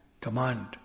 command